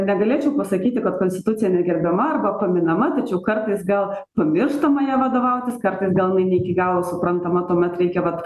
negalėčiau pasakyti kad konstitucija negerbiama arba paminama tačiau kartais gal ir mėgstama ja vadovautis kartais gal ne iki galo suprantama tuomet reikia vat